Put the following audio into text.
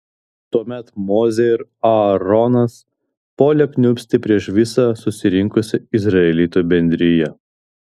tuomet mozė ir aaronas puolė kniūbsti prieš visą susirinkusią izraelitų bendriją